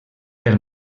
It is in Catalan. per